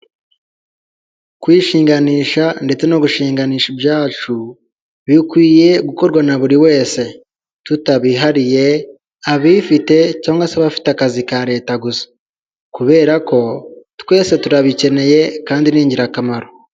Kwishinganisha ndetse no gushinganisha ibyacu bikwiye gukorwa na buri wese, tutabihariye abifite cyangwa se abafite akazi ka leta gusa, kubera ko twese turabikeneye kandi ni ingirakamaro.